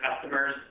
customers